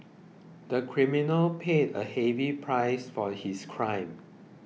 the criminal paid a heavy price for his crime